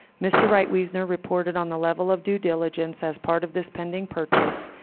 mr. wright wiesner reported on the level of due diligence as part of this pending purchase,